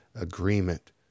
agreement